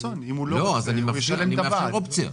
אז אני מאפשר אופציה.